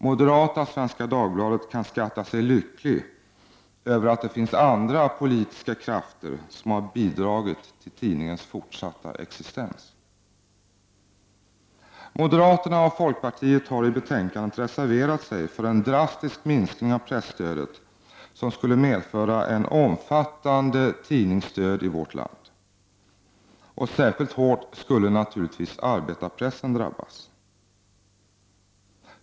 Moderata Svenska Dagbladet kan skatta sig lyckligt över att det finns andra politiska krafter som har bidragit till tidningens fortsatta existens. Moderaterna och folkpartiet har i betänkandet reserverat sig för en drastisk minskning av presstödet, vilket skulle medföra en omfattande tidningsdöd i vårt land, och särskilt hårt skulle naturligtvis arbetarpressen drabbas.